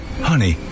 honey